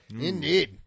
Indeed